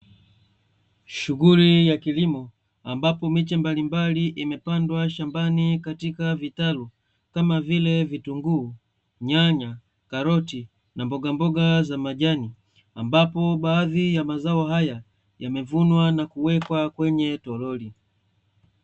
Shughuli ya kilimo ambapo miche mbalimbali imepandwa shambani katika vitalu, kama vile; vitunguu, nyanya, karoti na mbogamboga za majani, ambapo baadhi ya mazao haya yamevunwa na kuwekwa kwenye toroli.